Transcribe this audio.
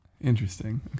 Interesting